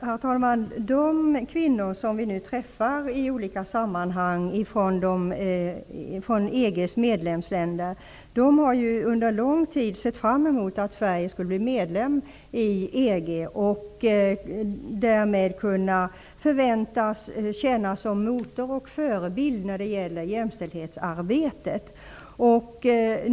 Herr talman! De kvinnor som vi nu i olika sammanhang träffar från EG:s medlemsländer har under lång tid sett fram emot att Sverige skall bli medlem i EG och därmed förväntas tjäna som motor och förebild när det gäller jämställdhetsarbetet.